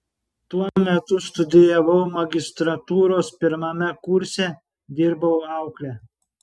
tuo metu studijavau magistrantūros pirmame kurse dirbau aukle